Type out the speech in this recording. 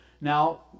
Now